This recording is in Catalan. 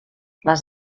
les